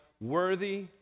worthy